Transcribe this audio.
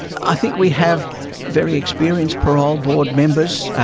i think we have very experienced parole board members,